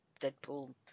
Deadpool